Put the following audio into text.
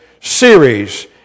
series